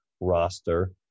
roster